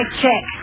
check